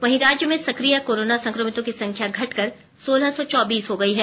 वहीं राज्य में सक्रिय कोरोना संक्रमितों की संख्या घटकर सोलह सौ चौबीस हो गयी है